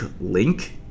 link